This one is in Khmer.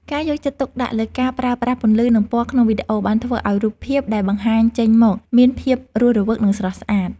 ការយកចិត្តទុកដាក់លើការប្រើប្រាស់ពន្លឺ និងពណ៌ក្នុងវីដេអូបានធ្វើឱ្យរូបភាពដែលបង្ហាញចេញមកមានភាពរស់រវើកនិងស្រស់ស្អាត។